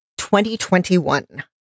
2021